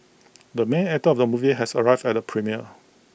the main actor of the movie has arrived at the premiere